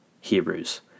Hebrews